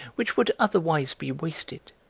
which would otherwise be wasted?